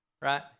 right